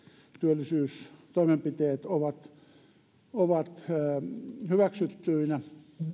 työllisyystoimenpiteet ovat ovat hyväksyttyinä